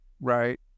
right